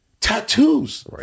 tattoos